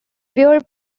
fewer